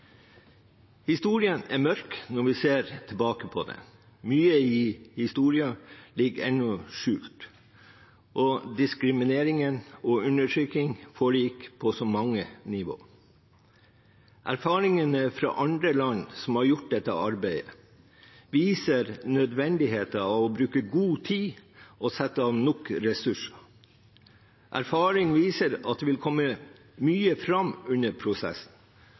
Historien er mørk når vi ser tilbake på den. Mye i historien ligger ennå skjult, og diskrimineringen og undertrykkingen foregikk på så mange nivå. Erfaringene fra andre land som har gjort dette arbeidet, viser nødvendigheten av å bruke god tid og sette av nok ressurser. Erfaring viser at det vil komme mye fram under prosessen,